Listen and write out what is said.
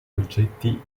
oggetti